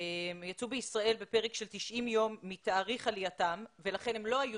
יצאו מישראל בפרק של 90 יום מתאריך עלייתם ולכן הם לא היו